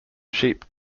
sheep